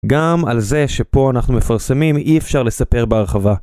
גם על זה שפה אנחנו מפרסמים אי אפשר לספר בהרחבה.